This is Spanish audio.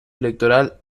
electoral